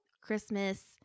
christmas